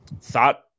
thought